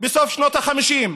בסוף שנות ה-50,